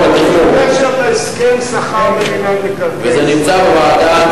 הבטיח, בלי קשר להסכם שכר במינהל מקרקעי ישראל.